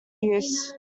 use